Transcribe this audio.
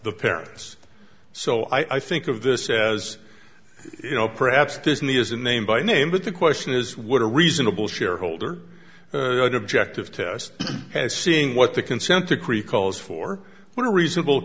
the parents so i think of this as you know perhaps disney as a name by name but the question is would a reasonable shareholder objective test as seeing what the consent decree calls for what a reasonable